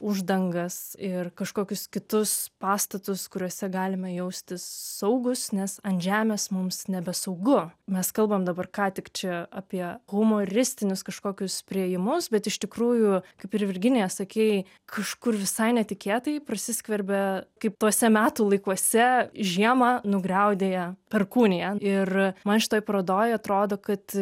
uždangas ir kažkokius kitus pastatus kuriuose galime jaustis saugūs nes ant žemės mums nebesaugu mes kalbam dabar ką tik čia apie humoristinius kažkokius priėjimus bet iš tikrųjų kaip ir virginija sakei kažkur visai netikėtai prasiskverbia kaip tuose metų laikuose žiemą nugriaudėja perkūnija ir man šitoj parodoj atrodo kad